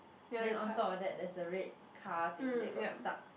then on top of that there's a red car thing that got stuck